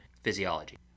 physiology